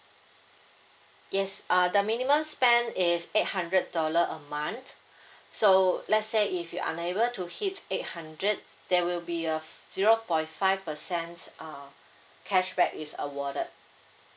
yes uh the minimum spend is eight hundred dollar a month so let's say if you're unable to hit eight hundred there will be a f~ zero point five percent uh cashback is awarded